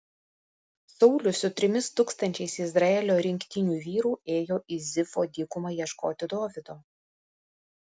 saulius su trimis tūkstančiais izraelio rinktinių vyrų ėjo į zifo dykumą ieškoti dovydo